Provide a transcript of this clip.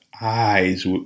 eyes